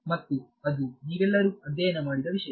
ಮತ್ತು ಅದು ನೀವೆಲ್ಲರೂ ಅಧ್ಯಯನ ಮಾಡಿದ ವಿಷಯ